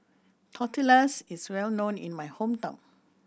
tortillas is well known in my hometown